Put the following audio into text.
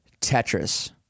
tetris